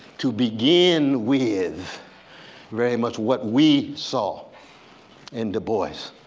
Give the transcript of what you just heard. to begin with very much what we saw in du bois,